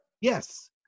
Yes